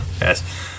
yes